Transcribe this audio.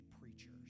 preachers